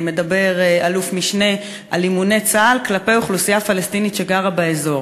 מדבר אלוף-משנה על אימוני צה"ל כלפי אוכלוסייה פלסטינית שגרה באזור.